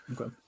Okay